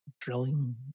drilling